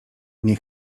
nie